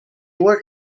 were